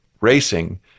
racing